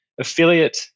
affiliate